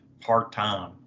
part-time